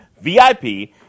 VIP